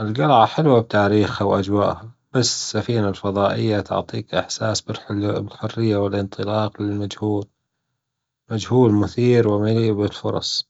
الجلعة حلوة بتاريخها وأجوائها بس السفينة الفضائية تعطيك إحساس بالحرية والإنطلاق للمجهول. مجهول مثير ومليء بالفرص.